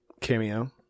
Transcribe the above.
cameo